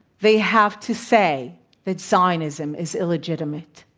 they have to say that zionism is illegitimate?